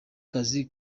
kazi